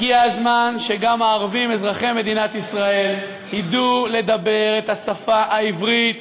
הגיע הזמן שגם הערבים אזרחי מדינת ישראל ידעו לדבר את השפה העברית,